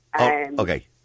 okay